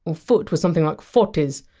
and foot! was something like! footiz,